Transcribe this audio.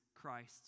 Christ